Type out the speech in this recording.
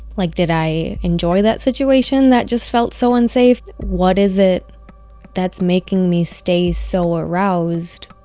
like, did i enjoy that situation that just felt so unsafe? what is it that's making me stay so aroused?